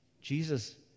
Jesus